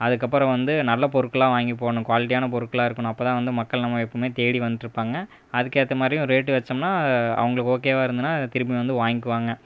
அதுக்கு அப்புறம் வந்து நல்ல பொருட்களாம் வாங்கி போட்ணும் குவாலிட்டியான பொருட்களாக இருக்கணும் அப்போதான் வந்து மக்கள் நம்பளை எப்படினா தேடி வந்துட்டு இருப்பாங்க அதுக்கு ஏற்றமாரியும் ரேட்டு வச்சோம்ன்னா அவங்க ஓகேவா இருந்துதுன்னா திருப்பியும் வந்து வாங்கிகுவாங்க